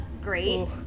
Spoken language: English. great